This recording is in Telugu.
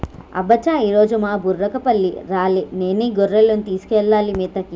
అబ్బ చా ఈరోజు మా బుర్రకపల్లి రాలే నేనే గొర్రెలను తీసుకెళ్లాలి మేతకి